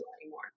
anymore